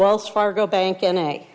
wells fargo bank in a